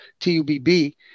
T-U-B-B